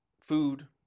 food